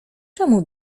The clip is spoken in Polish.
czemu